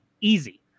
easy